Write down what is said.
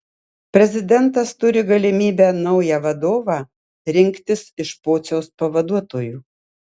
prezidentas turi galimybę naują vadovą rinktis iš pociaus pavaduotojų